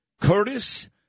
Curtis